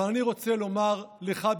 אבל אני רוצה לומר לך,